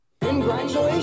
Congratulations